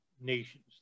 nations